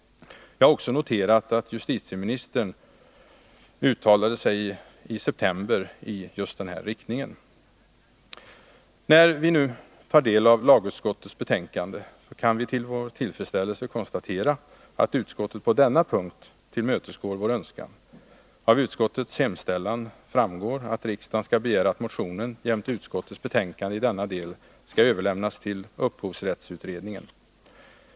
Jag har också noterat att justitieministern i september uttalade sig i den riktningen. När vi nu tar del av lagutskottets betänkande, kan vi till vår tillfredsställelse konstatera, att utskottet på denna punkt tillmötesgår vår önskan. Av utskottets hemställan framgår att riksdagen skall begära att motionen jämte utskottets betänkande i denna del skall överlämnas till upphovsrättsutredningen.